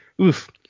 Oof